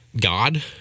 God